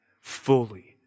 fully